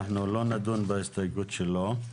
אנחנו לא נדון בהסתייגות שלו.